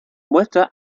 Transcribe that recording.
muestra